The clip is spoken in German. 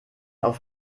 auf